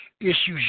issues